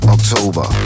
October